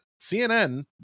cnn